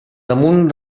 damunt